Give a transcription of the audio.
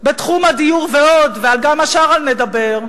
בתחום הדיור ועוד, גם על השאר נדבר,